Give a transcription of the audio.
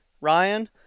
Ryan